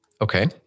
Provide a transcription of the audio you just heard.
Okay